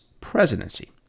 presidency